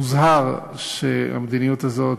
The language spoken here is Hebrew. הוא הוזהר שהמדיניות הזאת